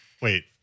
Wait